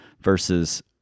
versus